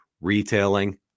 retailing